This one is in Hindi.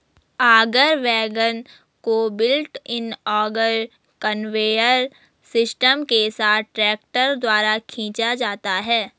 ऑगर वैगन को built in auger conveyor system के साथ ट्रैक्टर द्वारा खींचा जाता है